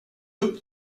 upp